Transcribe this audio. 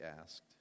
asked